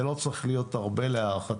זה לא צריך להיות הרבה להערכתי,